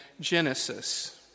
Genesis